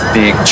big